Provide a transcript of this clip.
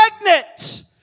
pregnant